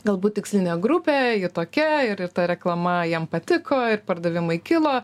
galbūt tikslinė grupė ji tokia ir ta reklama jiems patiko ir pardavimai kilo